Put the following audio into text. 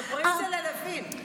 ספרי את זה ללוין.